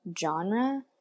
genre